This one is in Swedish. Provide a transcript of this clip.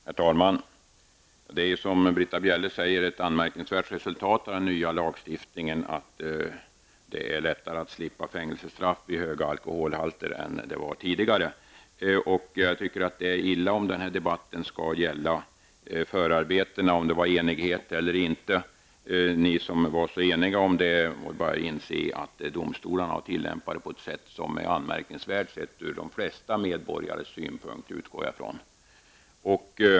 Herr talman! Det är, som Britta Bjelle säger, ett anmärkningsvärt resultat av den nya lagstiftningen att det är lättare att slippa fängelsestraff vid höga alkoholhalter än det var tidigare. Jag tycker att det är illa om den här debatten skall gälla förarbetena -- om det var enighet eller inte. Ni som var så eniga om dessa förarbeten måste bara inse att domstolarna har tillämpat lagstiftningen på ett sätt som är anmärkningsvärt ur de flesta medborgares synpunkt -- det utgår jag från.